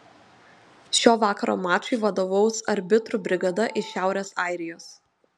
šio vakaro mačui vadovaus arbitrų brigada iš šiaurės airijos